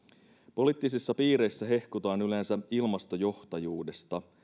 poliittisissa piireissä hehkutetaan yleensä ilmastojohtajuutta